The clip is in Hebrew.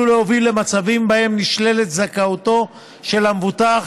עלול להוביל למצבים שבהם נשללת זכאותו של המבוטח